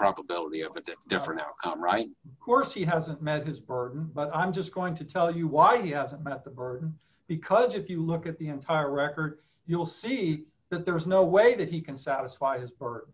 probability of a different out right course he hasn't met his burden but i'm just going to tell you why he hasn't met the burden because if you look at the entire record you'll see that there is no way that he can satisfy his birth